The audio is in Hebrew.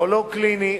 פסיכולוג קליני,